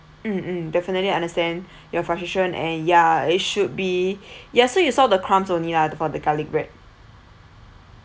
mm mm definitely understand your frustration and ya it should be yeah so you saw the crumbs only lah for the garlic bread